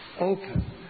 open